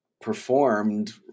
Performed